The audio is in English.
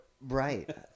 right